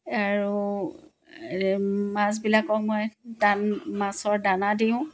আৰু মাছবিলাকক মই দান মাছৰ দানা দিওঁ